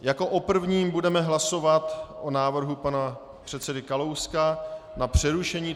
Jako o prvním budeme hlasovat o návrhu pana předsedy Kalouska na přerušení...